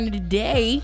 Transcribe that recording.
today